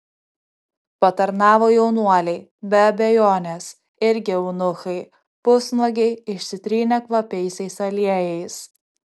patarnavo jaunuoliai be abejonės irgi eunuchai pusnuogiai išsitrynę kvapiaisiais aliejais